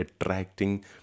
attracting